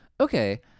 Okay